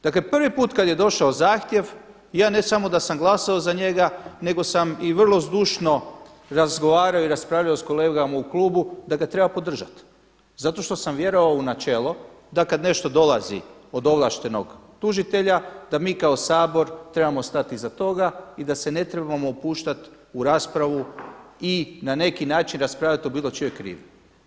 Dakle prvi put kada je došao zahtjev ja ne samo da sam glasao za njega, nego sam i vrlo zdušno razgovarao i raspravljao sa kolegama u klubu da ga treba podržati zato što sam vjerovao u načelo da kada nešto dolazi od ovlaštenog tužitelja da mi kao Sabor trebamo stati iza toga i da se ne trebamo upuštati u raspravu i na neki način raspravljati o bilo čijoj krivnji.